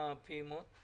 זה נעשה רק למי שמבקש.